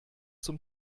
zum